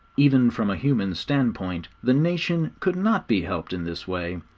even from a human standpoint, the nation could not be helped in this way,